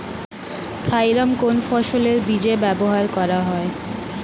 Thiram কোন ফসলের বীজে ব্যবহার করা হয়?